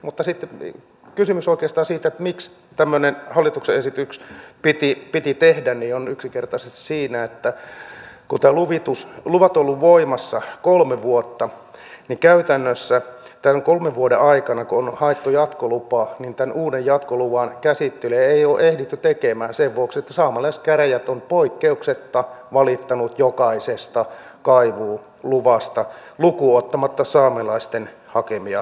mutta sitten kysymys oikeastaan siitä miksi tämmöinen hallituksen esitys piti tehdä on yksinkertaisesti siinä että kun luvat ovat olleet voimassa kolme vuotta niin käytännössä tämän kolmen vuoden aikana kun on haettu jatkolupaa tämän uuden jatkoluvan käsittelyä ei ole ehditty tekemään sen vuoksi että saamelaiskäräjät on poikkeuksetta valittanut jokaisesta kaivuuluvasta lukuun ottamatta saamelaisten hakemia kaivuulupia